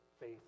faith